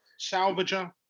salvager